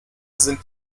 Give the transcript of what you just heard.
sind